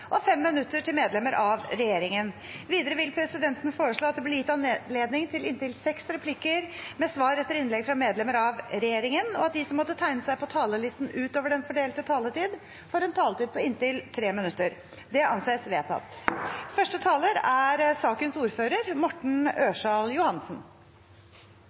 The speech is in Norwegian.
inntil fem replikker med svar etter innlegg fra medlemmer av regjeringen, og at de som måtte tegne seg på talerlisten utover den fordelte taletid, får en taletid på inntil 3 minutter. – Det anses vedtatt. Vi behandlar i dag eit representantforslag frå Arbeidarpartiet om tiltak mot gjengkriminalitet. Det er